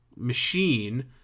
machine